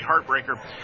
heartbreaker